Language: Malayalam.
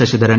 ശശിധരൻ